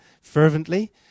fervently